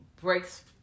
breaks